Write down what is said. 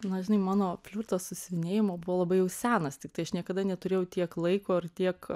na žinai mano flirtas su siuvinėjimu buvo labai jau senas tiktai aš niekada neturėjau tiek laiko ir tiek